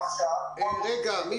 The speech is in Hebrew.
ההפעלה